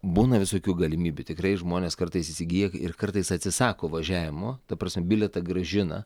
būna visokių galimybių tikrai žmonės kartais įsigyja ir kartais atsisako važiavimo ta prasme bilietą grąžina